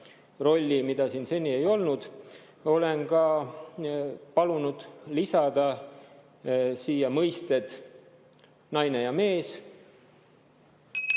rolli, mida siin seni ei olnud. Olen ka palunud lisada siia mõisted "naine" ja "mees"